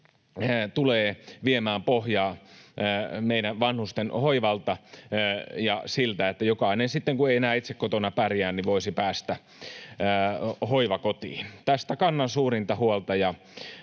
tulee viemään pohjaa meidän vanhustenhoivalta ja siltä, että jokainen sitten, kun ei enää itse kotona pärjää, voisi päästä hoivakotiin. Tästä kannan suurinta huolta,